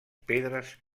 pedres